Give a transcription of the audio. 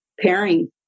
pairing